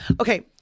Okay